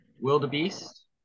wildebeest